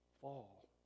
fall